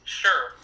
sure